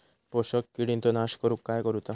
शोषक किडींचो नाश करूक काय करुचा?